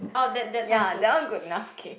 orh that that sounds good